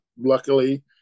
luckily